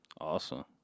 awesome